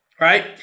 right